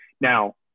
Now